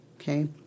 okay